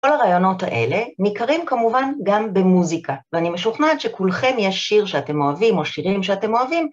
כל הרעיונות האלה ניכרים כמובן גם במוזיקה. ואני משוכנעת שכולכם יש שיר שאתם אוהבים או שירים שאתם אוהבים.